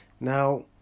Now